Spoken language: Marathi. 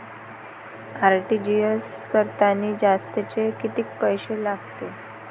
आर.टी.जी.एस करतांनी जास्तचे कितीक पैसे लागते?